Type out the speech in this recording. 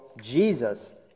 Jesus